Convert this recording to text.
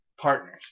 partners